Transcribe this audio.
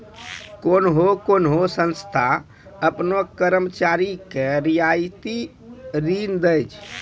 कोन्हो कोन्हो संस्था आपनो कर्मचारी के रियायती ऋण दै छै